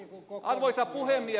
arvoisa puhemies